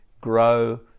grow